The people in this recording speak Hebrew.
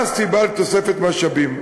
מה הסיבה לתוספת משאבים?